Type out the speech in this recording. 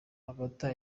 amata